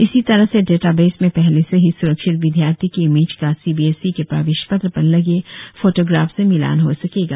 इसी तरह से डाटाबेस में पहले से ही स्रक्षित विद्यार्थी की इमेज का सीबीएसई के प्रवेश पत्र पर लगे फोटोग्राफ से मिलान हो सकेगा